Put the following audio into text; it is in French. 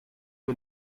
que